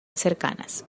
cercanas